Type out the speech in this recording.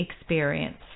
experience